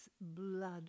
blood